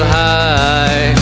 high